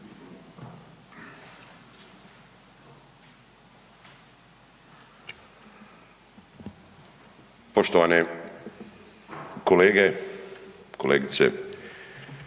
Poštovane kolegice i kolege,